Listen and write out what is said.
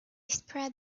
spread